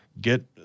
get